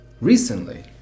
recently